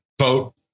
vote